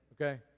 okay